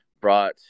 brought